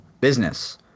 business